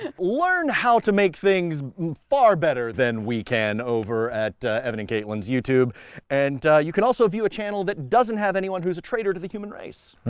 and learn how to make things far better than we can over at evan and katelyn's youtube and you can also view a channel that doesn't have anyone who's a traitor to the human race.